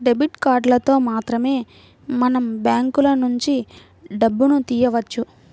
debit కార్డులతో మాత్రమే మనం బ్యాంకులనుంచి డబ్బును తియ్యవచ్చు